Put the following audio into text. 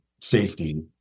safety